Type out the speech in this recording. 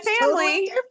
family